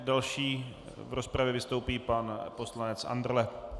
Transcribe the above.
Další v rozpravě vystoupí pan poslanec Andrle.